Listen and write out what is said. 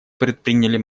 предприняли